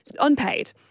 unpaid